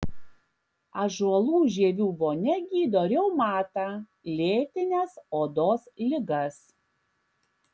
ąžuolų žievių vonia gydo reumatą lėtines odos ligas